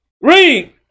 Read